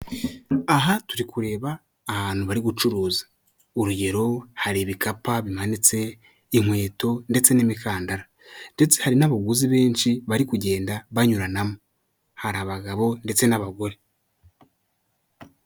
Aha turi kureba ahantu bari gucuruza urugero, hari ibikapa bihananitse inkweto, ndetse n'imikandara. Ndetse hari n'abaguzi benshi bari kugenda banyuranamo hari abagabo ndetse n'abagore.